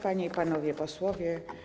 Panie i Panowie Posłowie!